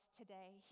today